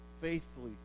faithfully